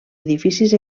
edificis